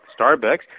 Starbucks